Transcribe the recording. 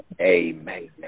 amen